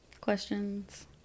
Questions